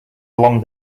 along